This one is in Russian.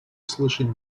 услышать